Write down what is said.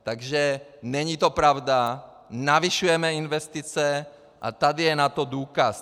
Takže není to pravda, zvyšujeme investice a tady je na to důkaz.